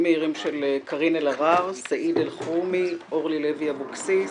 - קארין אלהרר, סעיד אלחרומי, אורלי לוי אבקסיס,